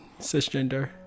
cisgender